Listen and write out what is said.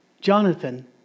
jonathan